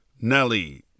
Nelly